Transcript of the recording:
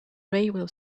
railway